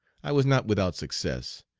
i was not without success,